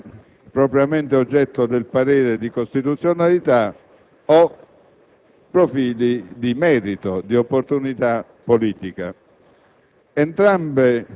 propriamente oggetto del parere di costituzionalità) o di merito e opportunità politica.